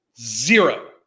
Zero